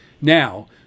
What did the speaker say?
now